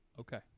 Okay